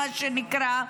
מה שנקרא,